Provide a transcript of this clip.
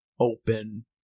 open